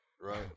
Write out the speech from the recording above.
right